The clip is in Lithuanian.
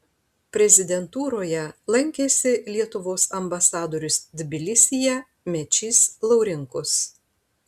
prezidentūroje lankėsi lietuvos ambasadorius tbilisyje mečys laurinkus